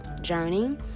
journey